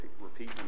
repeat